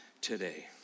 today